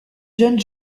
jeunes